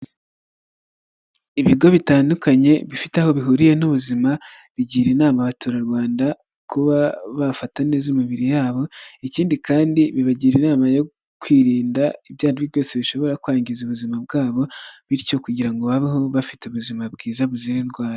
Ibigo bitandukanye bifite aho bihuriye n'ubuzima bigira inama abaturarwanda kuba bafata neza imibiri yabo, ikindi kandi bibagira inama yo kwirinda ibyo ari byo byose bishobora kwangiriza ubuzima bwabo, bityo kugira ngo babeho bafite ubuzima bwiza buzira indwara